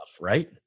right